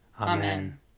Amen